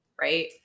right